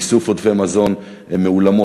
איסוף עודפי מזון מאולמות,